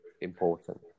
important